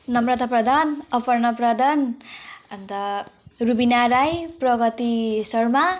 नम्रता प्रधान अपर्ण प्रधान अन्त रूबिना राई प्रगति शर्मा